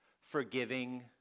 forgiving